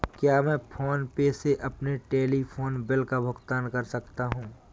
क्या मैं PhonePe से अपने टेलीफोन बिल का भुगतान कर सकता हूँ?